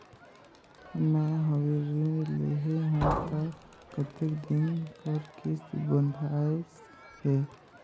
मैं हवे ऋण लेहे हों त कतेक दिन कर किस्त बंधाइस हे?